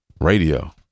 radio